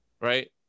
right